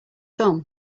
thumb